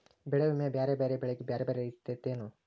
ಬೆಳೆ ವಿಮಾ ಬ್ಯಾರೆ ಬ್ಯಾರೆ ಬೆಳೆಗೆ ಬ್ಯಾರೆ ಬ್ಯಾರೆ ಇರ್ತೇತೆನು?